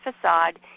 facade